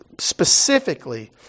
specifically